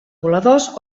voladors